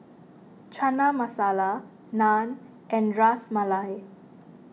Chana Masala Naan and Ras Malai